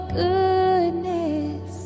goodness